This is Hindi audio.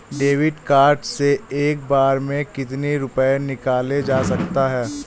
डेविड कार्ड से एक बार में कितनी रूपए निकाले जा सकता है?